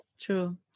True